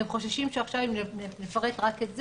הם חוששים שעכשיו אם נפרט רק את זה,